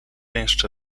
jeszcze